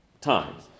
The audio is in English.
times